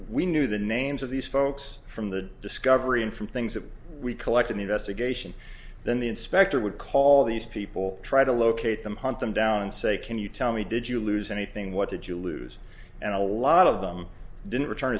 we knew the names of these folks from the discovery and from things that we collected investigation then the inspector would call these people try to locate them hunt them down and say can you tell me did you lose anything what did you lose and a lot of them didn't return